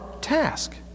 task